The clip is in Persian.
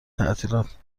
تعطیلات